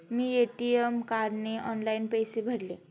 मी ATM कार्डने online पैसे भरले